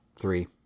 Three